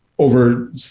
Over